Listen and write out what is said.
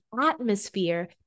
atmosphere